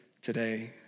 today